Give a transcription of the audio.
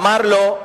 אמר לו,